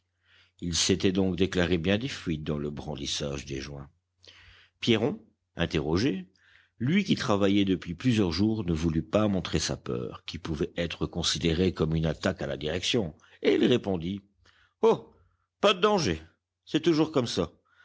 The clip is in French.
il s'était donc déclaré bien des fuites dans le brandissage des joints pierron interrogé lui qui travaillait depuis plusieurs jours ne voulut pas montrer sa peur qui pouvait être considérée comme une attaque à la direction et il répondit oh pas de danger c'est toujours comme ça